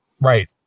Right